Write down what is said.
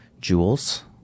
jewels